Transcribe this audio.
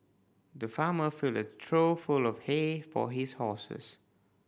the farmer filled a trough full of hay for his horses